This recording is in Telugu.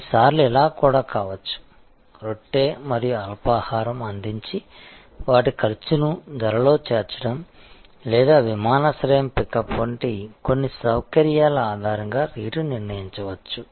కొన్నిసార్లు ఇలా కూడా కావచ్చు రొట్టె మరియు అల్పాహారం అందించి వాటి ఖర్చును ధరలో చేర్చడం లేదా విమానాశ్రయం పికప్ వంటి కొన్ని సౌకర్యాల ఆధారంగా రేటు ని నిర్ణయించవచ్చు